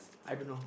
I don't know